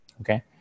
okay